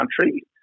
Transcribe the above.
country